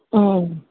ਹਮ